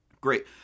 great